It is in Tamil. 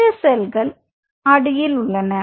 இந்த செல்கள அடியில் உள்ளன